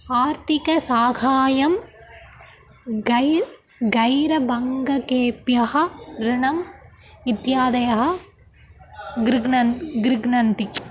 आर्थिकं साहाय्यं गैर् गैरबङ्गकेभ्यः ऋणम् इत्यादयः गृग्नन् गृह्णन्ति